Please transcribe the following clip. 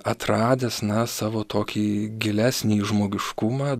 atradęs na savo tokį gilesnį žmogiškumą